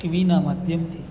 ટીવીના માધ્યમથી